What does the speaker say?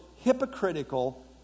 hypocritical